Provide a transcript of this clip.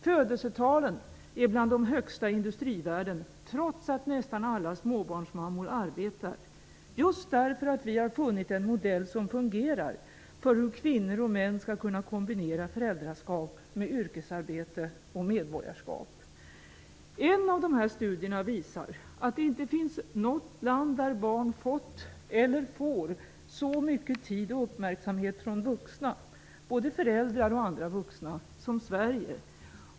Födelsetalen är bland de högsta i industrivärlden -- trots att nästan alla småbarnsmammor arbetar -- just därför att vi har funnit en modell som fungerar för hur kvinnor och män skall kunna kombinera föräldraskap med yrkesarbete och medborgarskap. En av dessa studier visar att det inte finns något land där barn fått eller får så mycket tid och uppmärksamhet från vuxna -- såväl föräldrar som andra vuxna -- som Sverige.